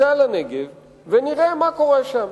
ניסע לנגב ונראה מה קורה שם.